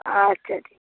আচ্ছা ঠিক